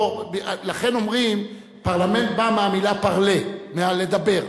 לכן אומרים, פרלמנט בא מהמלה parler, לדבר.